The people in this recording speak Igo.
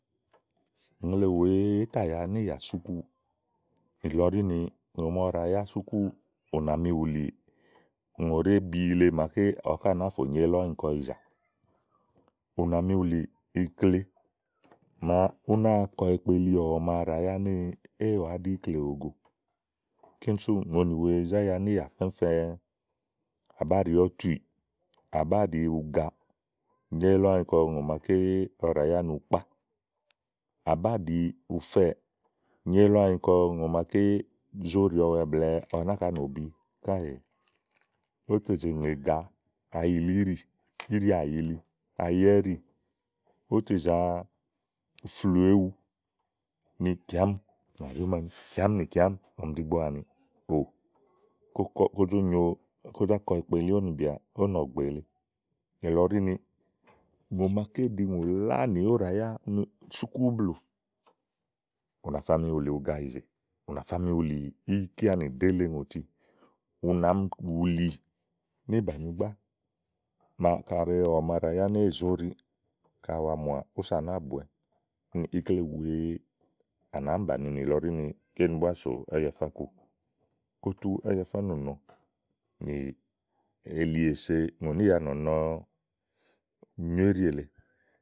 ùŋle wèe é ta ya níìyà súkúù nìlɔ ɖí ni ùŋò màa ɔwɔ ɖa yá súkúù, ù nà mi wùlì ùŋòɖèé bi le màaké ɔwɛ ká nàáa fò nyo ílɔ ányi kɔ ìyìzà. ù nà mi wùlì ikle, ú náa kɔ ekpeli ɔ̀wɔ̀ màa ɖàa yá nì éè wàá ɖí ikle òwo go. kíni súù ùŋonì wèe zá ya níìyà fɛ́fɛ̃. à bá ɖìi ɔ̀tùì, àbá ɖìi uga, nyo ílɔ ányi kɔ ùŋò màaké ɔwɔ ɖàa yá ni ukpá. à báɖìi ufɛ̀ɛ nyó ílɔ ányi kɔ ùŋò màa zóɖiɔwɛ blɛ̀ɛ ɔwɔ náka nòbi káèè ówótè ze ŋè iga ayìlí íɖìì, íɖì àyili aya iɖìì ówó tè zàa fluù éwu ni kìámi kà ɖí ámani kìámi nì kìámi ɔ̀mì ɖìigbo àniì, ò kó kɔ kó zá kɔ ekpeli ówò nìbìà ówò nɔ̀gbè lèe. nìlɔ ɖi ni ùŋò màaké ɖi ùŋò lánì, ówo ɖàa yá ni súkúù blù ù nàfami wùlì uga ìzè. ù nàfa mi wùlì íkeanì ɖèé le ŋòti ù mi wùlì níìbànigbá màa kaɖi ɔ̀wɔ̀ màa ɖàayá ni éè zóɖi, kaɖi àwa mùà, úsà nàáa bùwɛ tè íkle wèe à nàá mi bàniì nìlɔ ɖí ni kíni búá sò Ájafá ku kó tú Ájafá nɔ̀nɔnì elí èse ùŋò níì yà nɔ̀nɔ nyo íɖì èle.